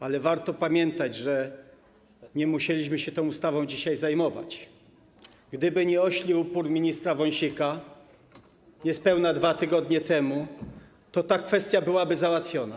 Ale warto pamiętać, że nie musielibyśmy się tą ustawą dzisiaj zajmować, gdyby nie ośli upór ministra Wąsika niespełna 2 tygodnie temu, to ta kwestia byłaby załatwiona.